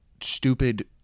stupid